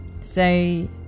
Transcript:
say